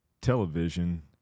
television